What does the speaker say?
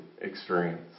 experience